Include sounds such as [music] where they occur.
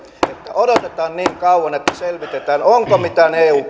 odotetaan niin kauan että selvitetään onko mitään eu [unintelligible]